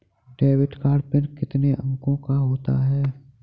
Debit card PIN कितने अंकों का होता है?